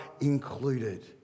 included